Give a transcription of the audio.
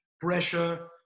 pressure